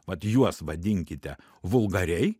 mat juos vadinkite vulgariai